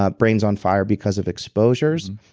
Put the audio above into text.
ah brain is on fire because of exposures,